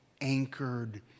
anchored